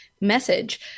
message